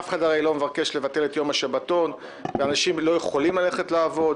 אף אחד הרי לא מבקש לבטל את יום השבתון ואנשים לא יכולים ללכת לעבוד.